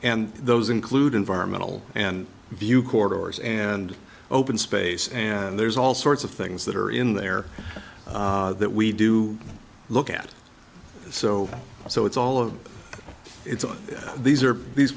and those include environmental and view corridors and open space and there's all sorts of things that are in there that we do look at so so it's all of these are these